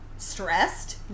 Stressed